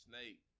Snake